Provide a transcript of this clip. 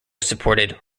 supported